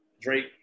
Drake